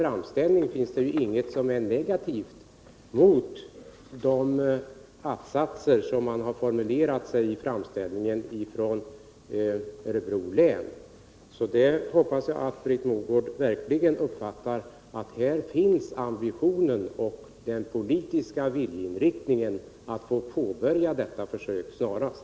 I vilket läge befinner sig förhandlingarna om arbetstidsavtal, arbetsskyldighetsavtal resp. medbestämmandeavtal på skolområdet? 2. Vilken bedömning gör regeringen av effekterna på SIA-reformen, om avtal inte kan slutas i dessa frågor i god tid före nästa läsårs början?